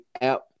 app